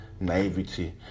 naivety